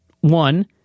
one